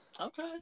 Okay